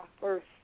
first